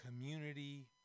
community